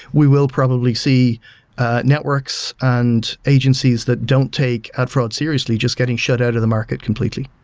we will probably see networks and agencies that don't take ad fraud seriously, just getting shut out of the market completely.